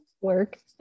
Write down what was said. Work